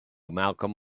malcolm